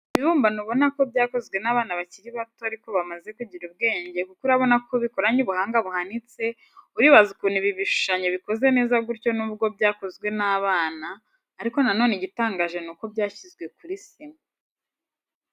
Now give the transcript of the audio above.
Ibibumbano ubona ko byakozwe n'abana bakiri bato ariko bamaze kugira ubwenge kuko urabona ko bikoranye ubuhanga buhanitse, uribaza ukuntu ibi bishushanyo bikoze neza gutya nubwo byakozwe n'abana, ariko nanone igitangaje ni uko byashyizwe kuri sima.